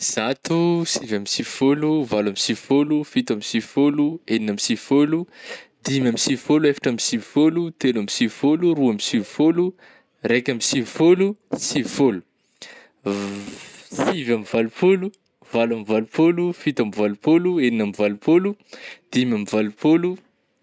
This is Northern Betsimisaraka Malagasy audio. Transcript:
Zato, sivy amby sivifôlo, valo amby sivifôlo, fito amby sivifôlo, enina amby sivifôlo, dimy amby sivifôlo, eftra amby sivifôlo, telo amby sivifôlo, ro amby sivifôlo, raika amby sivifôlo, sivifôlo vv-sivy amby valopôlo, valo amby valopôlo, fito amby valopôlo, enina amby valopolo dimy amby valopôlo.